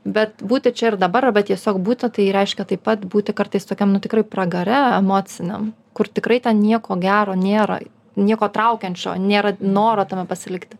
bet būti čia ir dabar arba tiesiog būti tai reiškia taip pat būti kartais tokiam nu tikrai pragare emociniam kur tikrai ten nieko gero nėra nieko traukiančio nėra noro tame pasilikti